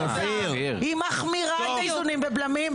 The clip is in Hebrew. היא מחמירה את האיזונים והבלמים,